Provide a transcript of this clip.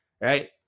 Right